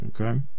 Okay